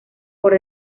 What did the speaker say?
por